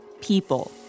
people